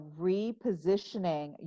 repositioning